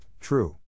true